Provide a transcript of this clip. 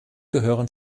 gehören